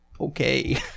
okay